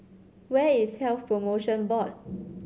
where is Health Promotion Board